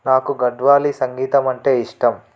నాకు గడ్వాలీ సంగీతం అంటే ఇష్టం